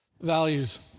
Values